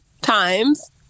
times